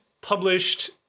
published